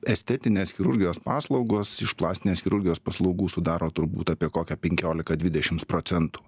estetinės chirurgijos paslaugos iš plastinės chirurgijos paslaugų sudaro turbūt apie kokia penkiolika dvidešims procentų